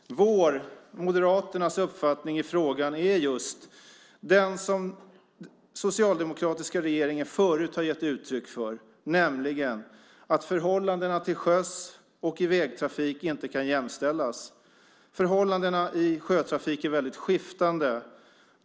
Vår, Moderaternas, uppfattning i frågan är just den som den socialdemokratiska regeringen förut har gett uttryck för, nämligen att förhållandena till sjöss och i vägtrafik inte kan jämställas. Förhållandena i sjötrafik är väldigt skiftande.